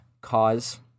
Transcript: cause